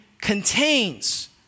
contains